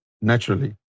naturally